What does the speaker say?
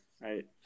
Right